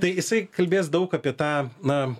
tai jisai kalbės daug apie tą na